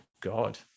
God